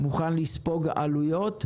מוכן לספוג עלויות,